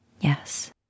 Yes